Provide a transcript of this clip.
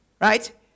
Right